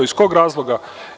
Iz kog razloga?